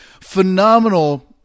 phenomenal